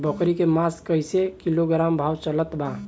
बकरी के मांस कईसे किलोग्राम भाव चलत बा?